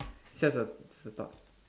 just a it's just a thought